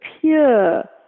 pure